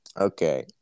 Okay